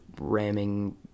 ramming